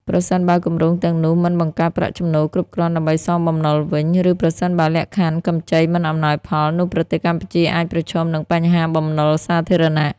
ប្រសិនបើគម្រោងទាំងនោះមិនបង្កើតប្រាក់ចំណូលគ្រប់គ្រាន់ដើម្បីសងបំណុលវិញ ឬប្រសិនបើលក្ខខណ្ឌកម្ចីមិនអំណោយផល នោះប្រទេសកម្ពុជាអាចប្រឈមនឹងបញ្ហាបំណុលសាធារណៈ។